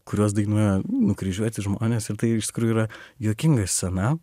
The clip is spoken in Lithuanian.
kurios dainuoja nukryžiuoti žmonės ir tai iš tikrųjų yra juokinga scena